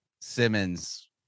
Simmons